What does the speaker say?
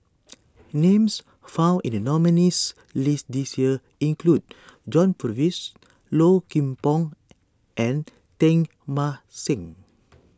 names found in the nominees' list this year include John Purvis Low Kim Pong and Teng Mah Seng